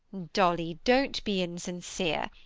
dolly don't be insincere.